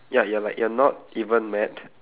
ya you're like you're not even mad